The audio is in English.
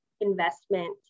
investment